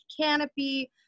canopy